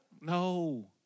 No